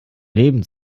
leben